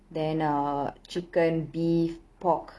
then err chicken beef pork